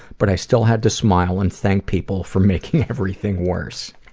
but i still had to smile and thank people for making everything worse.